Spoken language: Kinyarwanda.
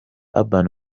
urban